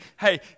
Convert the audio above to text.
Hey